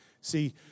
See